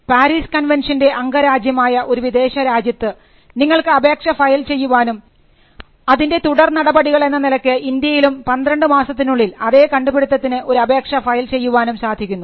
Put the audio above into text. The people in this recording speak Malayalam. പാരിസ് കൺവെൻഷൻറെ അംഗരാജ്യമായ ഒരു വിദേശരാജ്യത്ത് നിങ്ങൾക്ക് അപേക്ഷ ഫയൽ ചെയ്യുവാനും അതിൻറെ തുടർനടപടികൾ എന്ന നിലയ്ക്ക് ഇന്ത്യയിലും 12 മാസത്തിനുള്ളിൽ അതേ കണ്ടുപിടിത്തത്തിന് ഒരു അപേക്ഷ ഫയൽ ചെയ്യുവാനും സാധിക്കുന്നു